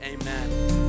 amen